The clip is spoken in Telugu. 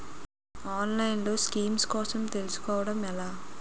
ఆన్లైన్లో స్కీమ్స్ కోసం తెలుసుకోవడం ఎలా?